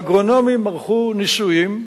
האגרונומים ערכו ניסויים,